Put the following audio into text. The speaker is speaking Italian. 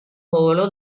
volo